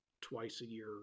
twice-a-year